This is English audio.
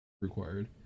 required